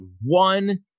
one